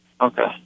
Okay